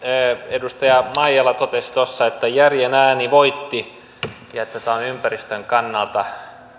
edustaja maijala totesi tuossa että järjen ääni voitti ja että tämä on ympäristön kannalta